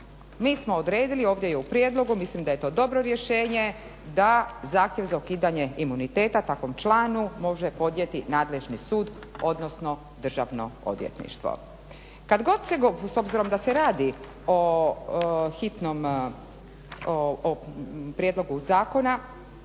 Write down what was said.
Mi smo odredili, ovdje je u prijedlogu, mislim da je to dobro rješenje da zahtjev za ukidanje imuniteta takvom članu može podnijeti nadležni sud, odnosno Državno odvjetništvo. Kad god se, s obzirom da se radi o hitnom, o prijedlogu zakona